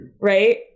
right